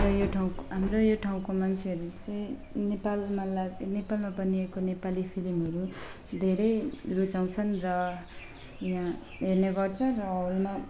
हाम्रो यो ठाउँको हाम्रो यो ठाउँको मान्छेहरू चाहिँ नेपालमा लाग नेपालमा बनिएको नेपाली फिल्महरू धेरै रुचाउँछन् र यहाँ हेर्ने गर्छ र हलमा